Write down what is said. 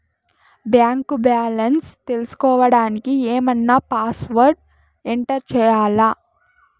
Bank balance తెలుసుకోవడానికి ఏమన్నా password enter చేయాలా?